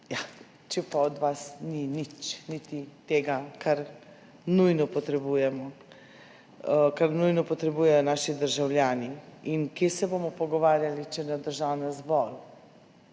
če pa od vas ni nič, niti tega, kar nujno potrebujemo, kar nujno potrebujejo naši državljani. Kje se bomo pogovarjali o stanju